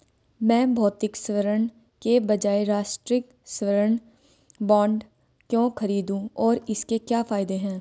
मैं भौतिक स्वर्ण के बजाय राष्ट्रिक स्वर्ण बॉन्ड क्यों खरीदूं और इसके क्या फायदे हैं?